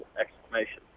explanation